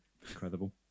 Incredible